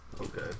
Okay